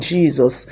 Jesus